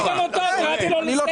אני משתיק גם אותו, קראתי לו לסדר.